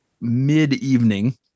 mid-evening